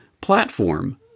platform